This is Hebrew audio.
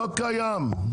לא קיים.